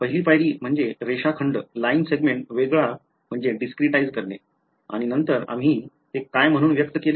पहिली पायरी म्हणजे रेषाखंड वेगळा करणे आणि नंतर आम्ही ते काय म्हणून व्यक्त केले